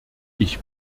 ich